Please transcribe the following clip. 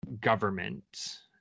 government